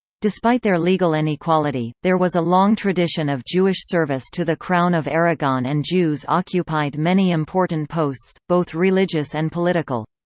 despite their legal inequality, there was a long tradition of jewish service to the crown of aragon and jews occupied many important posts, both religious and political.